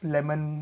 Lemon